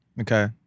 Okay